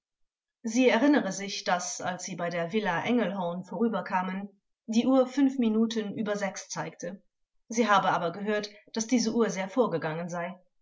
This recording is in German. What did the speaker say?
sie erinnere sich daß als sie bei der villa engelhorn vorüberkamen die uhr fünf minuten über sechs zeigte sie habe aber gehört daß diese uhr sehr vorgegangen sei